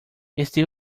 este